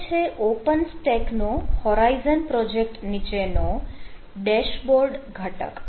હવે છે OpenStack નો હોરાઇઝન પ્રોજેક્ટ નીચેનો ડેશબોર્ડ ઘટક